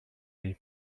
they